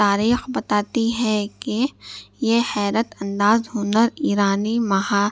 تاریخ بتاتی ہے کہ یہ حیرت انداز ہونا ایرانی مہا